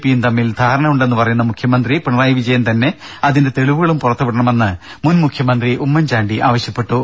പിയും തമ്മിൽ ധാരണ ഉണ്ടെന്ന് പറയുന്ന മുഖ്യമന്ത്രി പിണറായി വിജയൻതന്നെ അതിന്റെ തെളിവുകളും പുറത്തുവിടണമെന്ന് മുൻ മുഖ്യമന്ത്രി ഉമ്മൻചാണ്ടി ആവശ്യപ്പെട്ടു